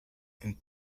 and